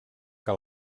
que